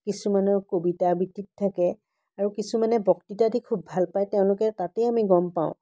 কিছুমানৰ কবিতা আবৃত্তিত থাকে আৰু কিছুমানে বক্তৃতা দি খুব ভাল পায় তেওঁলোকে তাতেই আমি গম পাওঁ